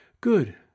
Good